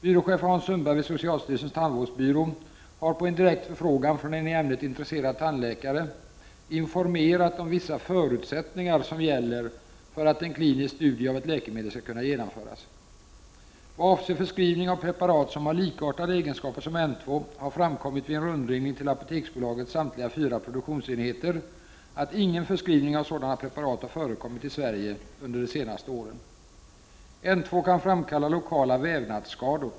Byråchef Hans Sundberg vid socialstyrelsens tandvårdsbyrå har på en direkt förfrågan från en i ämnet intresserad tandläkare informerat om vissa förutsättningar som gäller för att en klinisk studie av ett läkemedel skall kunna genomföras. Vad avser förskrivning av preparat som har likartade egenskaper som N2 har framkommit vid en rundringning till Apoteksbolagets samtliga fyra produktionsenheter att ingen förskrivning av sådana preparat har förekommit i Sverige under de senaste åren.